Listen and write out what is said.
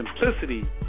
Simplicity